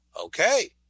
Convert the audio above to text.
okay